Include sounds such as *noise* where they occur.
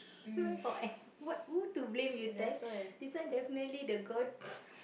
where got *laughs* what who to blame you tell this one definitely the god *laughs*